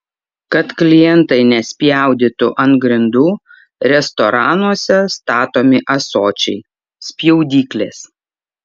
kad klientai nespjaudytų ant grindų restoranuose statomi ąsočiai spjaudyklės